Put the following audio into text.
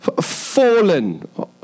fallen